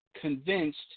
convinced